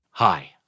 Hi